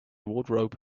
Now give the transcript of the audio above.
wardrobe